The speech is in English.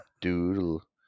Doodle